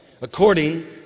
according